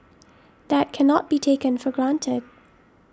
that cannot be taken for granted